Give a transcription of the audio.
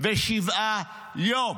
467 יום,